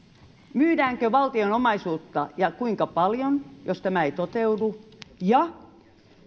myydäänkö valtion omaisuutta ja kuinka paljon jos tämä ei toteudu